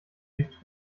dich